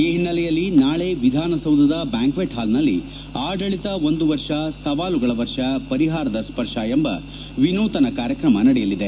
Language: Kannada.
ಈ ಹಿನ್ನೆಲೆಯಲ್ಲಿ ನಾಳಿ ವಿಧಾನಸೌಧದ ಬ್ಯಾಂಕ್ವೆಟ್ ಹಾಲ್ನಲ್ಲಿ ಆಡಳಿತ ಒಂದು ವರ್ಷ ಸವಾಲುಗಳ ವರ್ಷ ಪರಿಹಾರದ ಸ್ವರ್ಶ ಎಂಬ ವಿನೂತನ ಕಾರ್ಯಕ್ರಮ ನಡೆಯಲಿದೆ